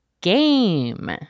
game